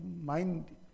mind